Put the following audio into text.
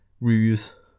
ruse